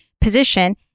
position